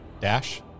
Dash